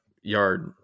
yard